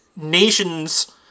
nations